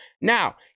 Now